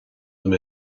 dom